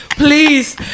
please